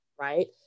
right